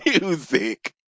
music